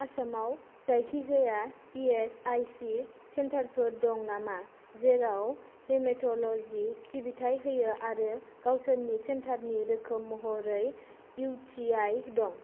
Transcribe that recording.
आसामाव जायखिजाया E S I C सेन्टारफोर दं नामा जेराव हेमेट'ल'जि सिबिथाय होयो आरो गावसोरनि सेन्टारनि रोखोम महरै इउ टि आइ दं